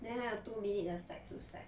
then 还有 two minute 的 side to side